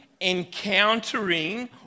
encountering